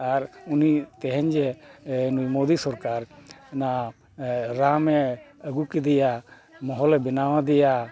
ᱟᱨ ᱩᱱᱤ ᱛᱮᱦᱮᱧ ᱡᱮ ᱢᱳᱫᱤ ᱥᱚᱨᱠᱟᱨ ᱚᱱᱟ ᱨᱟᱢᱮ ᱟᱹᱜᱩ ᱠᱮᱫᱮᱭᱟ ᱢᱚᱦᱚᱞᱮ ᱵᱮᱱᱟᱣᱟᱫᱮᱭᱟ